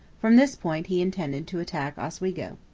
from this point he intended to attack oswego.